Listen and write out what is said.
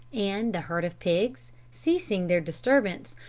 and the herd of pigs, ceasing their disturbance,